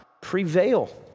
prevail